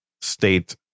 state